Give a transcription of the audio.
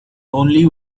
only